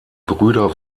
brüder